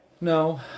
No